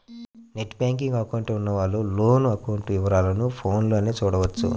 net banking account ఉన్నవాళ్ళు loan account వివరాలను ఫోన్లోనే చూడొచ్చు